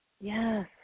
Yes